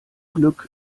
glück